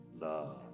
love